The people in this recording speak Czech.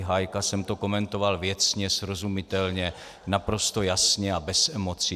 Hájka jsem to komentoval věcně, srozumitelně, naprosto jasně a bez emocí.